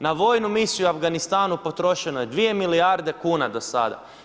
Na vojnom misiju u Afganistanu, potrošeno je 2 milijarde kuna do sada.